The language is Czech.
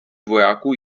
vojáků